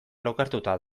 lokartuta